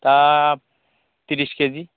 তা তিরিশ কেজি